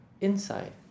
Inside